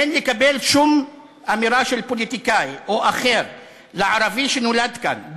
אין לקבל שום אמירה של פוליטיקאי או אחר לערבי שנולד כאן,